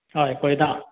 हय पळयता